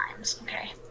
Okay